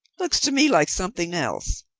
looks to me like something else.